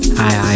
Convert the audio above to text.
hi